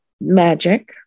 magic